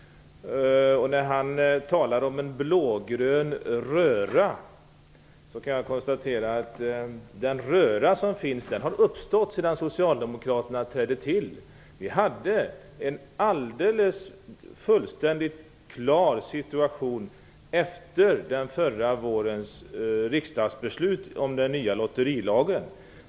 När Anders Nilsson talar om en blågrön röra, kan jag konstatera att den röra som finns har uppstått sedan Socialdemokraterna trädde till. Situationen var alldeles fullständigt klar efter förra vårens riksdagsbeslut om den nya lotterilagen.